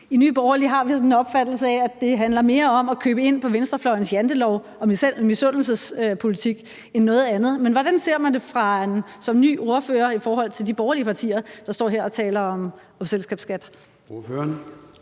I Nye Borgerlige har vi sådan en opfattelse af, at det handler mere om at købe ind på venstrefløjens jantelov og misundelsespolitik end noget andet, men hvordan ser man det som ny ordfører i forhold til de borgerlige partier, der står her og taler om selskabsskat?